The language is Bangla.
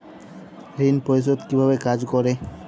ঋণ পরিশোধ কিভাবে কাজ করে?